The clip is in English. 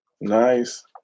Nice